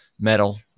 metal